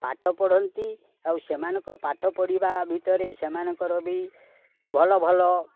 ପାଠ ପଢ଼ନ୍ତି ଆଉ ସେମାନଙ୍କ ପାଠ ପଢ଼ିବା ଭିତରେ ସେମାନଙ୍କର ବି ଭଲ ଭଲ